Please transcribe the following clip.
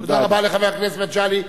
תודה רבה לחבר הכנסת מגלי.